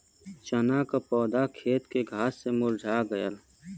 चन्ना क पौधा खेत के घास से मुरझा गयल